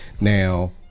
Now